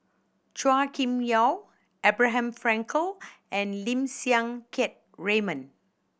Chua Kim Yeow Abraham Frankel and Lim Siang Keat Raymond